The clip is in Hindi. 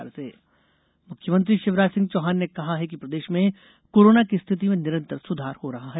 सीएम समीक्षा मुख्यमंत्री शिवराज सिंह चौहान ने कहा है कि प्रदेश में कोरोना की स्थिति में निरंतर सुधार हो रहा है